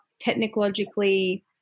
technologically